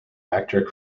actor